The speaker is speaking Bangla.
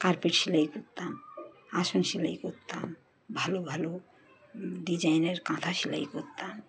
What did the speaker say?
কার্পেট সেলাই করতাম আসন সেলাই করতাম ভালো ভালো ডিজাইনের কাঁথা সেলাই করতাম